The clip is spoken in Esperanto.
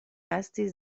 estis